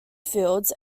fields